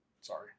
Sorry